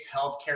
healthcare